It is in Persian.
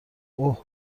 اوه